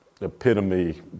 epitome